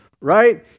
right